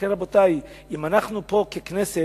לכן, רבותי, אם אנחנו פה, ככנסת,